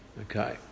Okay